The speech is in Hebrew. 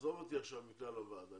עזוב אותי עכשיו מכלל הוועד.